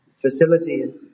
facility